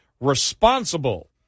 responsible